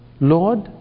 Lord